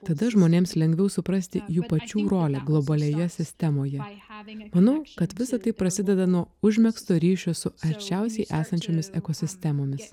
tada žmonėms lengviau suprasti jų pačių rolę globalioje sistemoje manau kad visa tai prasideda nuo užmegzto ryšio su arčiausiai esančiomis ekosistemomis